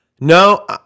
No